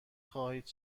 خواهید